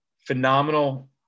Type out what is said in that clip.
phenomenal